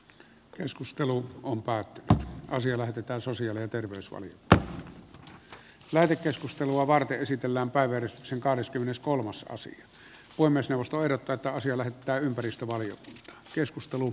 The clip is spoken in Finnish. puhemiesneuvosto ehdottaa että asia lähetetään sosiaali ja terveysvaliota lähetekeskustelua varten esitellään palveli sen kahdeskymmeneskolmas kausi voi myös nostaa verotettavan siellä ja ympäristövalio ympäristövaliokuntaan